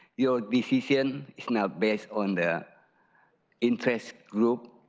your decision is not based on the interest group,